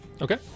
Okay